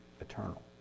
eternal